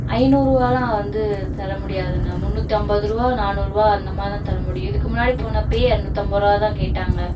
ஐந்நூறுபாலாம் வந்து தர முடியாதுண்ணா முந்நூற்றம்பதுருவா நானூறுபா அந்தமாதிரிதான் தர முடியும் இதுக்கும் முன்னாடி போனப்பையே இரநூத்தம்பதுருவாதான் கேட்டாங்கள்